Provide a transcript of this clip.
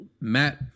Matt